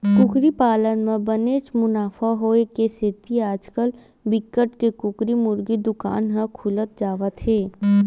कुकरी पालन म बनेच मुनाफा होए के सेती आजकाल बिकट के कुकरी मुरगी दुकान ह खुलत जावत हे